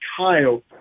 Kyle –